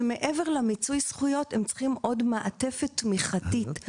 שמעבר למיצוי הזכויות הם צריכים עוד מעטפת תמיכתית,